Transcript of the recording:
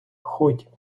хоть